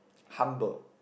humble